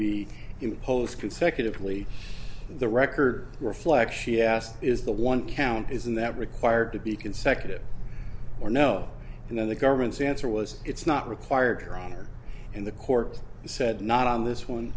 imposed consecutively the record reflect she asked is the one count isn't that required to be consecutive or no and then the government's answer was it's not required her honor in the court said not on this one